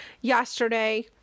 yesterday